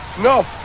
No